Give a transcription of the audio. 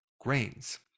grains